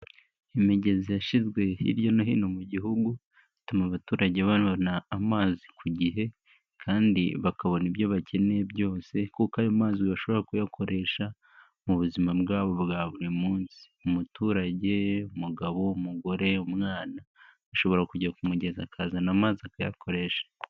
Imigezi yashyizwe hirya no hino mu gihugu, ituma abaturage banona amazi ku gihe kandi bakabona ibyo bakeneye byose kuko ayo mazi bashobora kuyakoresha mu buzima bwabo bwa buri munsi. Umuturage, umugabo, umugore, umwana, ashobora kujya ku mugezi akazana amazi akayakoresha.